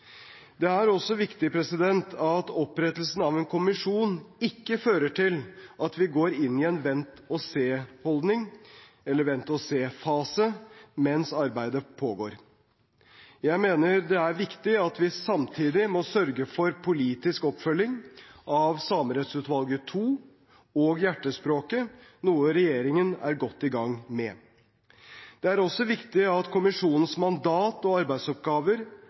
Det er også viktig at opprettelsen av en kommisjon ikke fører til at vi går inn i en vente-og- se-holdning eller vente-og-se-fase mens arbeidet pågår. Jeg mener det er viktig at vi samtidig må sørge for politisk oppfølging av Samerettsutvalget II og Hjertespråket, noe regjeringen er godt i gang med. Det er også viktig at kommisjonens mandat og arbeidsoppgaver